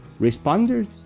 Responders